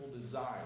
desire